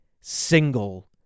single